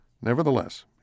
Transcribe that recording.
Nevertheless